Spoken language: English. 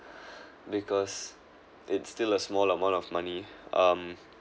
because it's still a small amount of money um